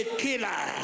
killer